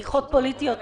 בדיחות פוליטיות.